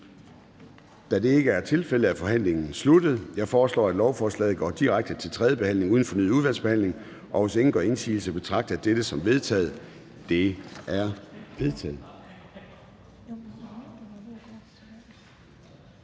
Da det ikke er tilfældet, er forhandlingen sluttet. Jeg foreslår, at lovforslaget går direkte til tredje behandling uden fornyet udvalgsbehandling. Hvis ingen gør indsigelse, betragter jeg dette som vedtaget. Det er vedtaget.